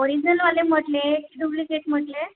ओरिजनलवाले म्हटले की डुप्लीकेट म्हटले